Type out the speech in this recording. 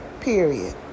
period